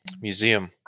museum